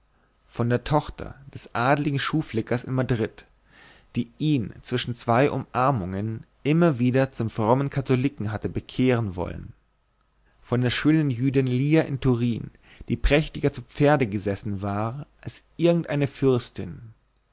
von der tochter des adligen schuhflickers in madrid die ihn zwischen zwei umarmungen immer wieder zum frommen katholiken hatte bekehren wollen von der schönen jüdin lia in turin die prächtiger zu pferde gesessen war als irgendeine fürstin